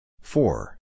Four